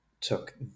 took